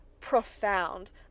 Profound